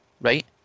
right